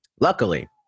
luckily